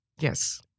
Yes